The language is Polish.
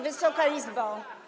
Wysoka Izbo!